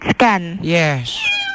yes